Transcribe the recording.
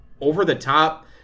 over-the-top